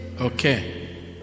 Okay